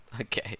Okay